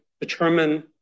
determine